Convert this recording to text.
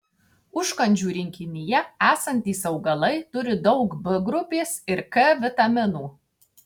užkandžių rinkinyje esantys augalai turi daug b grupės ir k vitaminų